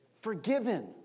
forgiven